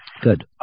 Good